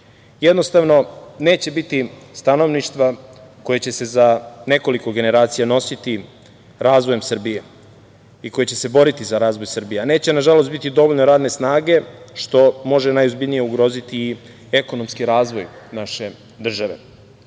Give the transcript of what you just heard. Jednostavno, neće biti stanovništva koje će se za nekoliko generacija nositi razvojem Srbije i koje će se boriti za razvoj Srbije, a neće nažalost biti dovoljno radne snage, što može najozbiljnije ugroziti i ekonomski razvoj naše države.